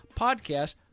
podcast